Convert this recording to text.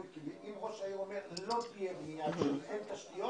ראש העיר אומר שלא תהיה בנייה כי אין תשתיות,